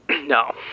No